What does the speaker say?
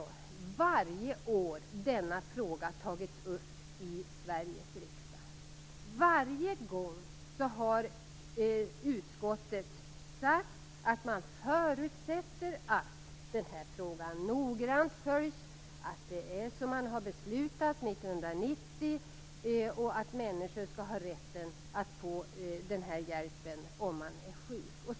Varje år har denna fråga tagits upp i Sveriges riksdag. Varje gång har utskottet sagt att man förutsätter att den här frågan noggrant följs, att det är som man har beslutat 1990 och att människor skall ha rätt att få den här hjälpen om de är sjuka.